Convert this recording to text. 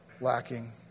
lacking